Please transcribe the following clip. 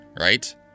right